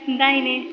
दाहिने